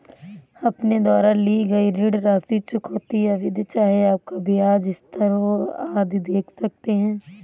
अपने द्वारा ली गई ऋण राशि, चुकौती अवधि, चाहे आपका ब्याज स्थिर हो, आदि देख सकते हैं